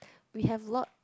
we have lot